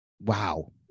wow